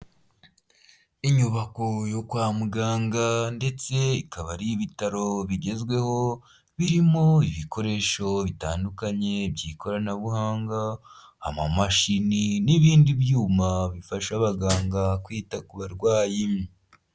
Inyubako yo kwa muganga ndetse ikaba ari ibitaro bigezweho birimo ibikoresho bitandukanye by'ikoranabuhanga, amamashini n'ibindi byuma bifasha abaganga kwita ku barwayi.